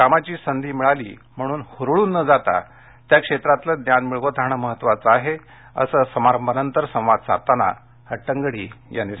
कामाची संधी मिळाली म्हणून हुरळून न जाता त्या क्षेत्रातलं ज्ञान मिळवत राहणं महत्त्वाचं आहे असं समारंभानंतर संवाद साधताना हट्टंगडी म्हणाल्या